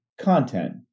content